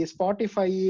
Spotify